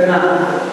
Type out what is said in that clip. במה?